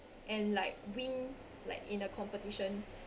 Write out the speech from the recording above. and like win like in a competition